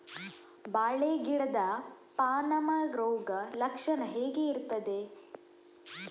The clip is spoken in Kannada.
ಬಾಳೆ ಗಿಡದ ಪಾನಮ ರೋಗ ಲಕ್ಷಣ ಹೇಗೆ ಇರ್ತದೆ?